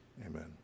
amen